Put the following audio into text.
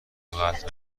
قطع